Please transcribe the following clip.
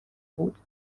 بود